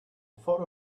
thought